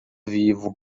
vivo